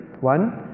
one